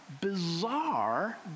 bizarre